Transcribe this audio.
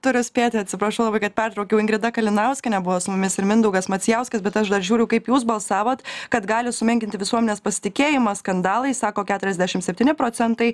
turiu spėti atsiprašau labai kad pertraukiau ingrida kalinauskienė buvo su mumis ir mindaugas macijauskas bet aš dar žiūriu kaip jūs balsavot kad gali sumenkinti visuomenės pasitikėjimą skandalai sako keturiasdešim septyni procentai